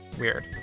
Weird